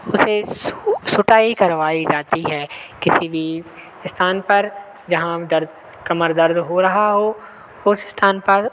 उसे सुटाई करवाई जाती है किसी वी स्थान पर जहाँ हमें दर्द कमर दर्द हो रहा हो उस स्थान पर